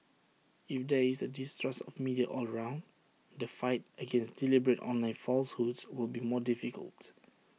if there is A distrust of the media all around the fight against deliberate online falsehoods will be more difficult